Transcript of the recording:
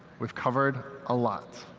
we've covered a lot.